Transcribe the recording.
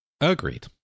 Agreed